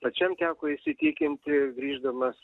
pačiam teko įsitikinti grįždamas